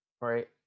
Right